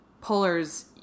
Polar's